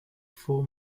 four